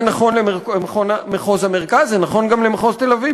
זה נכון למחוז המרכז וזה נכון גם למחוז תל-אביב.